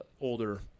older